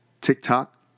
TikTok